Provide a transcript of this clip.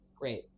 great